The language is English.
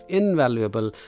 invaluable